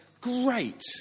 great